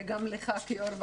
גם לך כיו"ר ועדה,